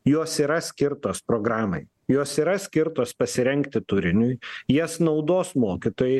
jos yra skirtos programai jos yra skirtos pasirengti turiniui jas naudos mokytojai